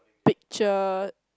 picture